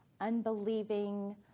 unbelieving